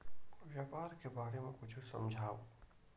व्यापार के बारे म कुछु समझाव?